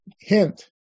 hint